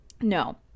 No